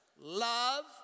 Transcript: Love